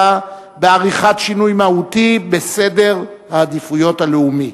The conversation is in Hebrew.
בעריכת שינוי מהותי בסדר העדיפויות הלאומי.